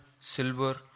silver